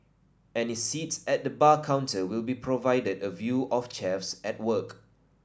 any seats at the bar counter will be provided a view of chefs at work